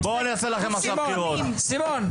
הכנסת סימון,